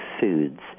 foods